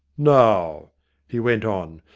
now he went on,